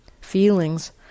Feelings